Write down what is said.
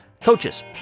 coaches